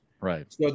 Right